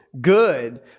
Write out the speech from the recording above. Good